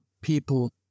people